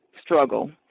struggle